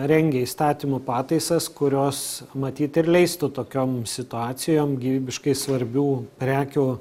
rengia įstatymų pataisas kurios matyt ir leistų tokiom situacijom gyvybiškai svarbių prekių